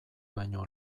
baino